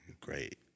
great